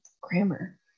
Grammar